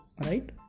right